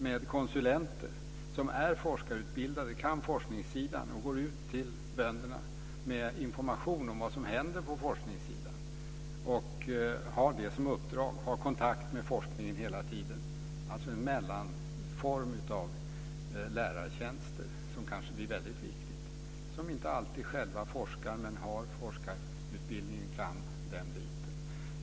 Man har konsulenter som är forskarutbildade och kan forskningssidan. De går ut till bönderna med information om vad som händer på forskningssidan. De har det som uppdrag. De har hela tiden kontakt med forskningen. Det är en mellanform av lärartjänster som kanske blir väldigt viktiga. De forskar kanske inte alltid själva, men de har forskarutbildning och kan den biten.